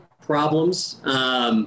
problems